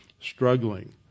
struggling